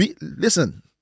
listen